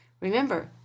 remember